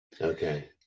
Okay